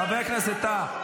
חבר הכנסת טאהא.